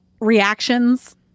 reactions